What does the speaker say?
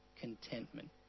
contentment